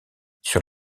sur